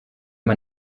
man